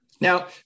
Now